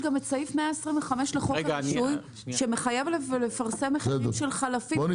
יש גם את סעיף 125 לחוק הרישוי שמחייב לפרסם מחירים של חלפים.